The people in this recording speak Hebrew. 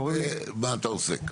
מה אתה עוסק?